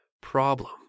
problem